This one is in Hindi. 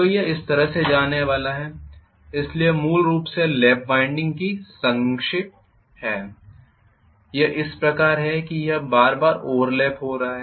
तो यह इस तरह से जाने वाला है इसलिए यह मूल रूप से लैप वाइंडिंग की संक्षेप है यह इस प्रकार है कि यह बार बार ओवरलैप हो रहा है